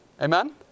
Amen